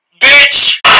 bitch